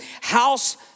house